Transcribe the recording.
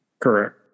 Correct